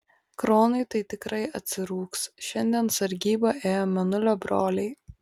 kronui tai tikrai atsirūgs šiandien sargybą ėjo mėnulio broliai